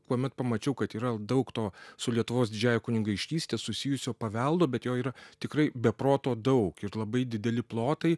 kuomet pamačiau kad yra daug to su lietuvos didžiąja kunigaikštyste susijusio paveldo bet jo yra tikrai be proto daug ir labai dideli plotai